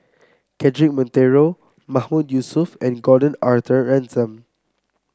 Cedric Monteiro Mahmood Yusof and Gordon Arthur Ransome